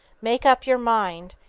make up your mind,